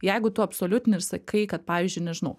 jeigu tu absoliutini ir sakai kad pavyzdžiui nežinau